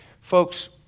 Folks